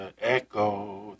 echo